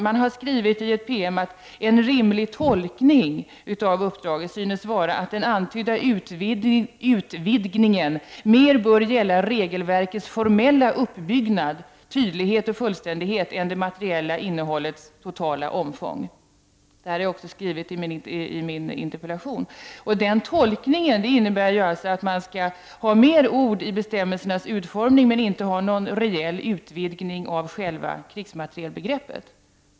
Man har skrivit i ett PM: ”En rimlig tolkning synes vara, att den antydda utvidgningen mer bör gälla regelverkets formella uppbyggnad, tydlighet och fullständighet än det materiella innehållets totala omfång.” Det har jag också återgivit i min interpellation. Den tolkningen innebär alltså att man skall ha med fler ord i bestämmelserna men inte ha någon reell utvidgning av själva krigsmaterielbegreppet.